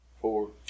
four